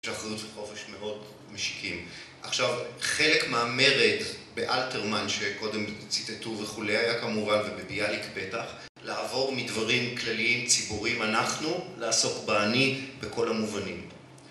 שאחריות וחופש מאוד משיקים. עכשיו, חלק מהמרד באלתרמן, שקודם ציטטו וכו', היה כמובן, ובביאליק בטח, לעבור מדברים כלליים ציבוריים, אנחנו, לעסוק באני בכל המובנים.